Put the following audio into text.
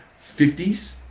50s